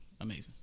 Amazing